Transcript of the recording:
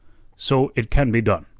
so, it can be done.